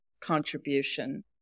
contribution